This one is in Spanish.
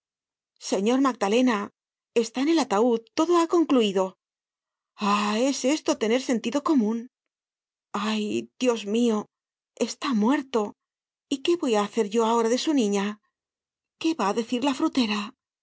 señor magdalena está en el ataud todo ha concluido ah es esto tener sentido comun ay dios mio está muerto y qué voy á hacer yo ahora de su niña qué va á decir la frutera